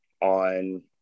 on